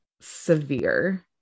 severe